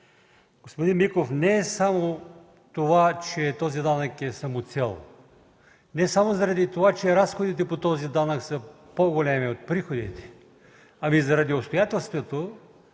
Господин Миков, не е само това, че този данък е самоцел, не само заради това че разходите по този данък са по-големи от приходите, но и заради обстоятелството,